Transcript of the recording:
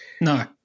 no